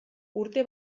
urte